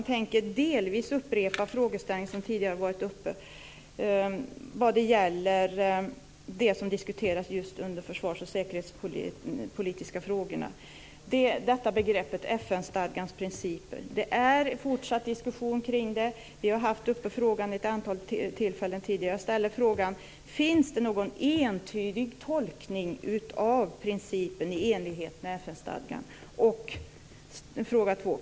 Jag tänker delvis upprepa den frågeställning som tidigare varit uppe vad gäller det som diskuteras just under de försvars och säkerhetspolitiska frågorna. Det gäller begreppet FN-stadgans principer. Det är en fortsatt diskussion kring detta. Vi har haft frågan uppe vid ett antal tillfällen men jag undrar: 1. Finns det någon entydig tolkning av principen i enlighet med FN-stadgan? 2.